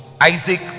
Isaac